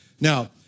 Now